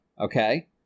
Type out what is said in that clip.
Okay